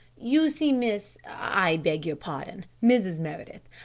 you see, miss i beg your pardon, mrs. meredith,